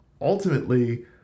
ultimately